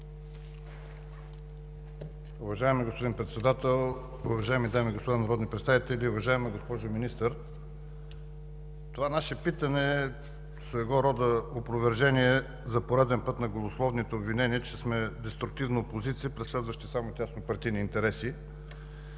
Уважаеми господин Председател, уважаеми дами и господа народни представители! Уважаема госпожо Министър, това наше питане е своего рода опровержение за пореден път на голословните обвинения, че сме деструктивна опозиция, преследваща само теснопартийни интереси.